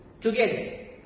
together